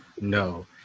no